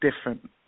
different